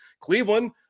Cleveland